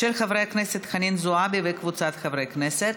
של חברת הכנסת חנין זועבי וקבוצת חברי הכנסת.